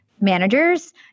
managers